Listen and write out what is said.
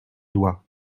doigts